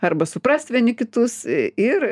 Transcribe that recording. arba suprast vieni kitus ir